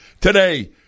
today